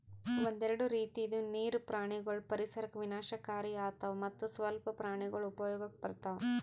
ಒಂದೆರಡು ರೀತಿದು ನೀರು ಪ್ರಾಣಿಗೊಳ್ ಪರಿಸರಕ್ ವಿನಾಶಕಾರಿ ಆತವ್ ಮತ್ತ್ ಸ್ವಲ್ಪ ಪ್ರಾಣಿಗೊಳ್ ಉಪಯೋಗಕ್ ಬರ್ತವ್